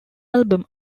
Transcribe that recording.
album